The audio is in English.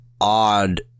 odd